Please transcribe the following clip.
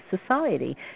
society